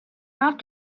not